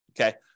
okay